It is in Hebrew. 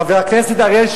חבר הכנסת אריאל,